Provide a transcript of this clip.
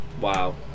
wow